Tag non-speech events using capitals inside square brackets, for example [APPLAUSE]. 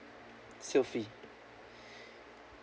sylphy [BREATH]